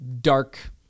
dark